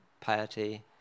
piety